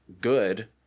good